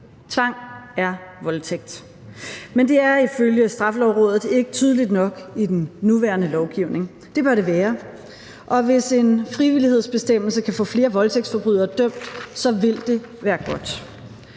Tvang er voldtægt. Men det er ifølge Straffelovrådet ikke tydeligt nok i den nuværende lovgivning. Det bør det være. Og hvis en frivillighedsbestemmelse kan få flere voldtægtsforbrydere dømt, vil det være godt.